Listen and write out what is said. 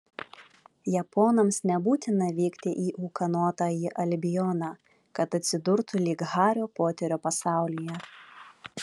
japonams nebūtina vykti į ūkanotąjį albioną kad atsidurtų lyg hario poterio pasaulyje